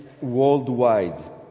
worldwide